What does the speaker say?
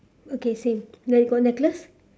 okay same then you got necklace